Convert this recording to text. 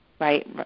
right